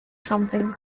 something